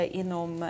inom